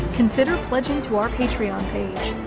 consider pledging to our patreon page.